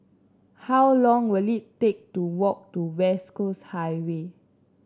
how long will it take to walk to West Coast Highway